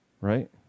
right